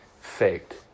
faked